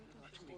אני רוצה לדבר.